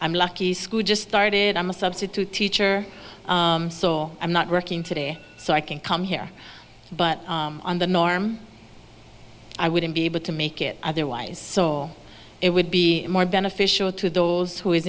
i'm lucky just started i'm a substitute teacher so i'm not working today so i can come here but on the norm i wouldn't be able to make it otherwise so it would be more beneficial to those who is